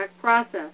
process